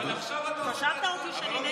רשמת אותי שאני,